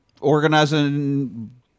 organizing